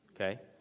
Okay